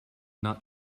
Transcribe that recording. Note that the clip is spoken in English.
not